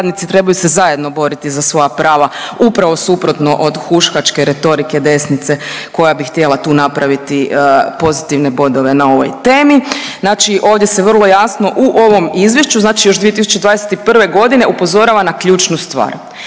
trebaju se zajedno boriti za svoja prava upravo suprotno od huškačke retorike desnice koja bi htjela tu napraviti pozitivne bodove na ovoj temi. Znači ovdje se vrlo jasno u ovom izvješću znači još 2021. godine upozorava na ključnu stvar,